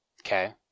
Okay